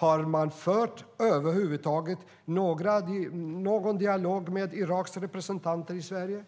Har man över huvud taget fört en dialog med Iraks representanter i Sverige?